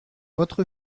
votre